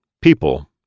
People